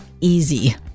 easy